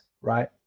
right